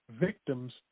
victims